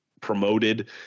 promoted